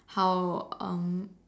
how um